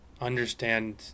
understand